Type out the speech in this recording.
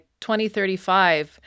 2035